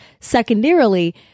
Secondarily